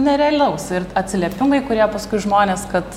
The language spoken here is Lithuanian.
nerealiaus ir atsiliepimai kurie paskui žmonės kad